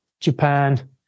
Japan